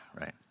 right